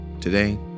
Today